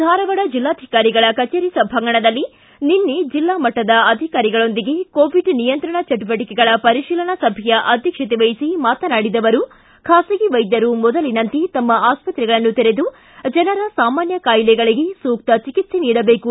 ಧಾರವಾಡ ಜಿಲ್ಲಾಧಿಕಾರಿಗಳ ಕಚೇರಿ ಸಭಾಂಗಣದಲ್ಲಿ ನಿನ್ನೆ ಜಿಲ್ಲಾಮಟ್ಟದ ಅಧಿಕಾರಿಗಳೊಂದಿಗೆ ಕೋವಿಡ್ ನಿಯಂತ್ರಣ ಚೆಟುವಟಿಕೆಗಳ ಪರಿಶೀಲನಾ ಸಭೆಯ ಅಧ್ಯಕ್ಷತೆ ವಹಿಸಿ ಮಾತನಾಡಿದ ಅವರು ಖಾಸಗಿ ವೈದ್ಯರು ಮೊದಲಿನಂತೆ ತಮ್ಮ ಆಸ್ಪತ್ರೆಗಳನ್ನು ತೆರೆದು ಜನರ ಸಾಮಾನ್ಯ ಕಾಯಿಲೆಗಳಿಗೆ ಸೂಕ್ತ ಚಿಕಿತ್ಸೆ ನೀಡಬೇಕು